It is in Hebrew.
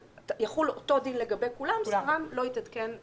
יחול אותו דין לגבי כולם: שכרם לא יתעדכן בינואר.